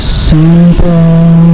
simple